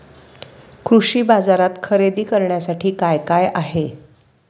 कृषी बाजारात खरेदी करण्यासाठी काय काय आहे?